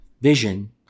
vision